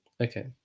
Okay